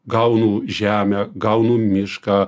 gaunu žemę gaunu mišką